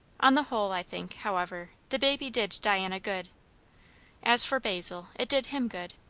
on the whole, i think, however, the baby did diana good as for basil, it did him good.